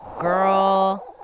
Girl